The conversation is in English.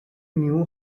knew